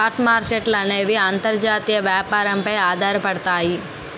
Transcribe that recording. stock మార్కెట్ల అనేవి అంతర్జాతీయ వ్యాపారం పై ఆధారపడతాయి